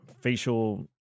facial